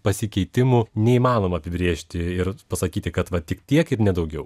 pasikeitimų neįmanoma apibrėžti ir pasakyti kad va tik tiek ir ne daugiau